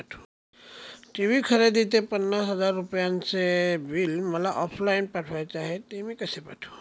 TV खरेदीचे पन्नास हजार रुपयांचे बिल मला ऑफलाईन पाठवायचे आहे, ते मी कसे पाठवू?